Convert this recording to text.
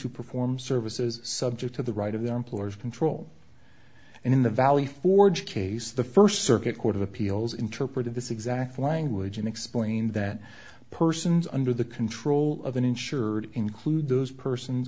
who perform services subject to the right of their employer's control and in the valley forge case the first circuit court of appeals interpreted this exact language and explained that persons under the control of an insured include those persons